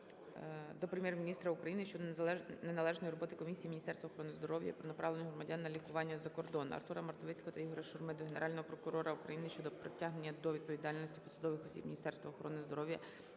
до Прем'єр-міністра України щодо неналежної роботи Комісії Міністерства охорони здоров'я по направленню громадян на лікування за кордон. Артура Мартовицького та Ігоря Шурми до Генерального прокурора України щодо притягнення до відповідальності посадових осіб Міністерства охорони здоров'я,